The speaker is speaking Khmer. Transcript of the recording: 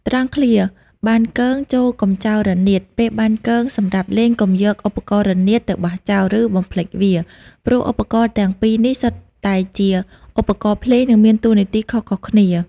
ត្រង់ឃ្លា បានគង ចូរកុំចោលរនាត ពេលបានគងសម្រាប់លេង កុំយកឧបករណ៍រនាតទៅបោះចោល ឬបំភ្លេចវា ព្រោះឧបករណ៍ទាំងពីរនេះសុទ្ធតែជាឧបករណ៍ភ្លេង និងមានតួនាទីខុសៗគ្នា។